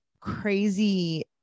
crazy